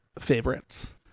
favorites